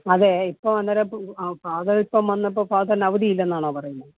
അതെ ഇപ്പോള് അന്നേരം ഇപ്പോള് ഫാദറിപ്പോള് വന്നപ്പോള് ഫാദറിന് അവധിയില്ലെന്നാണോ പറയുന്നത്